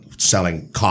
Selling